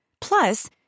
Plus